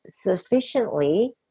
sufficiently